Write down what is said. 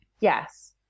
yes